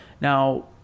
Now